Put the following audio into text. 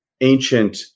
ancient